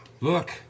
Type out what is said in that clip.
look